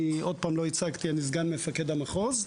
אני סגן מפקד המחוז,